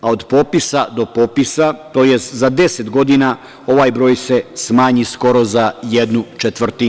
A, od popisa do popisa tj. za 10 godina ovaj broj se smanji skoro za jednu četvrtinu.